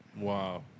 Wow